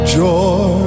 joy